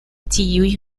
tiuj